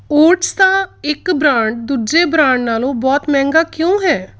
oats ਦਾ ਇੱਕ brand ਦੂਜੇ ਬ੍ਰਾਂਡ ਨਾਲੋਂ ਬਹੁਤ ਮਹਿੰਗਾ ਕਿਉਂ ਹੈ